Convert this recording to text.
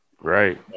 Right